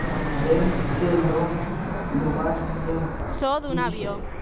Bank से loan लुबार नियम की छे?